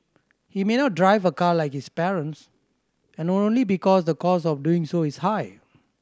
he may not drive a car like his parents and not only because the cost of doing so is high